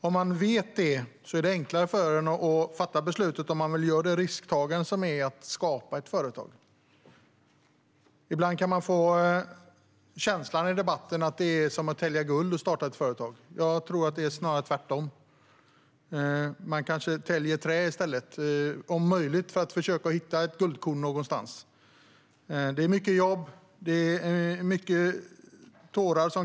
Om man vet det är det enklare att fatta beslut om huruvida man vill ta den risk som det innebär att starta ett företag. I debatten kan man ibland få känslan av att det är som att tälja guld att starta ett företag. Jag tror att det snarare är tvärtom. Man kanske täljer trä, om möjligt för att försöka hitta ett guldkorn någonstans. Det är mycket jobb. Det kan komma många tårar.